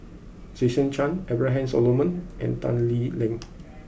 Jason Chan Abraham Solomon and Tan Lee Leng